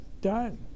done